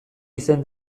izen